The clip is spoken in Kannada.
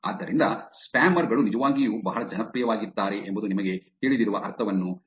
ಆದ್ದರಿಂದ ಸ್ಪ್ಯಾಮರ್ ಗಳು ನಿಜವಾಗಿಯೂ ಬಹಳ ಜನಪ್ರಿಯವಾಗಿದ್ದಾರೆ ಎಂಬುದು ನಿಮಗೆ ತಿಳಿದಿರುವ ಅರ್ಥವನ್ನು ನೀಡುತ್ತದೆ